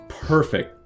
perfect